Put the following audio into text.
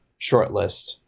shortlist